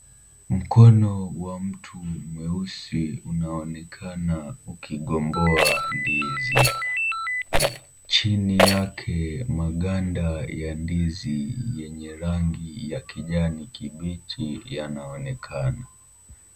Mkono wa mtu mweusi unaonekana ukigomboa ndizi. Chini yake maganda ya ndizi yenye rangi ya kijani kibichi yanaonekana.